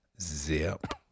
Zip